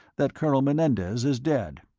that colonel menendez is dead.